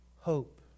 hope